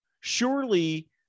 surely